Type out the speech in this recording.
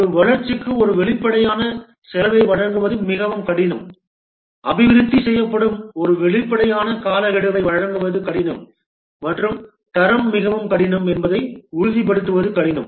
ஒரு வளர்ச்சிக்கு ஒரு வெளிப்படையான செலவை வழங்குவது மிகவும் கடினம் அபிவிருத்தி செய்யப்படும் ஒரு வெளிப்படையான காலக்கெடுவை வழங்குவது கடினம் மற்றும் தரம் மிகவும் கடினம் என்பதை உறுதிப்படுத்துவது கடினம்